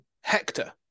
Hector